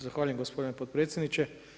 Zahvaljujem gospodine potpredsjedniče.